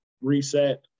reset